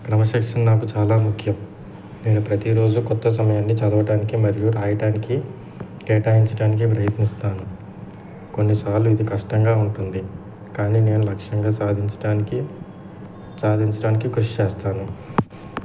క్రమశిక్షణ నాకు చాలా ముఖ్యం నేను ప్రతీరోజు కొత్త సమయాన్ని చదవటానికి మరియు రాయటానికి కేటాయించడానికి ప్రయత్నిస్తాను కొన్నిసార్లు ఇది కష్టంగా ఉంటుంది కానీ నేను లక్ష్యంగా సాధించటానికి సాధించడానికి కృషి చేస్తాను